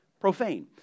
profane